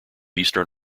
eastern